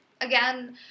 Again